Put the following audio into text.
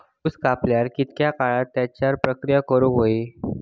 ऊस कापल्यार कितके काळात त्याच्यार प्रक्रिया करू होई?